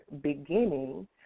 beginning